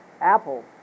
Apple